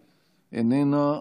איננה,